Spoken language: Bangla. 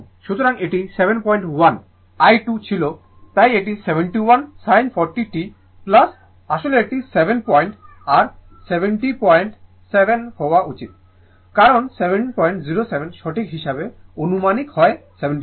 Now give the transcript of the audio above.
সুতরাং এটি 71 I 2 ছিল তাই এটি 71 sin 40 t আসলে এটি 7 পয়েন্ট r 707 হওয়া উচিত ছিল কারণ 707 সঠিক হিসাবে আনুমানিক হয় 71